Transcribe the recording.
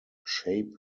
shape